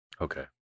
Okay